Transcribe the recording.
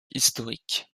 historique